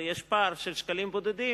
ויש פער של שקלים בודדים,